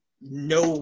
no